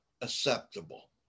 acceptable